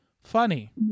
Funny